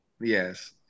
Yes